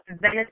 Venice